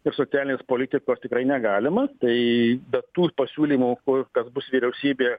ir socialinės politikos tikrai negalima tai be tų pasiūlymų ko kas bus vyriausybėje